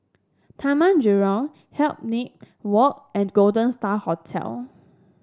Taman Jurong Hindhede Walk and Golden Star Hotel